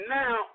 now